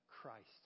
Christ